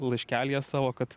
laiškelyje savo kad